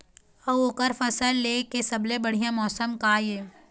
अऊ ओकर फसल लेय के सबसे बढ़िया मौसम का ये?